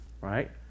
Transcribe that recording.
right